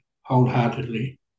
wholeheartedly